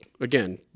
again –